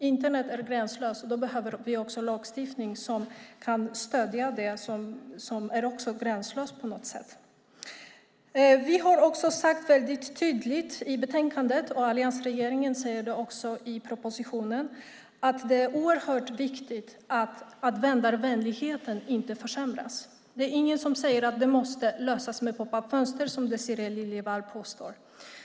Internet är gränslöst, och då behöver vi också ha en lagstiftning som kan stödja det som på något sätt är gränslöst. Vi har tydligt i betänkandet sagt, och alliansregeringen säger det i propositionen, att det är oerhört viktigt att användarvänligheten inte försämras. Det är ingen som säger att det måste lösas med popup-fönster, som Désirée Liljevall påstår.